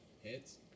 hits